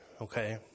okay